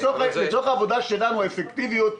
הוא צודק.